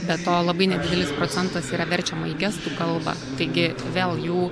be to labai nedidelis procentas yra verčiama į gestų kalbą taigi vėl jų